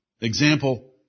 Example